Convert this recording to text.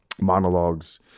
monologues